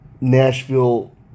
Nashville